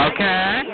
Okay